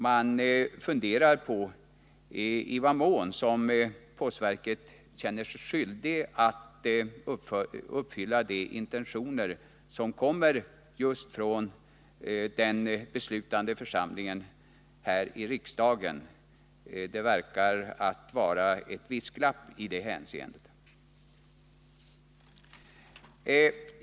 Man undrar i vad mån postverket känner sig skyldigt att fullfölja de intentioner som kommer från den beslutande församlingen, från riksdagen. Det verkar vara ett visst glapp i det hänseendet.